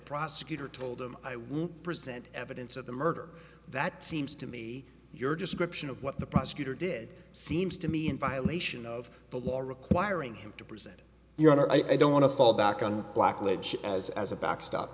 prosecutor told him i would present evidence of the murder that seems to be your description of what the prosecutor did seems to me in violation of the law requiring him to present your honor i don't want to fall back on blackledge as as a backstop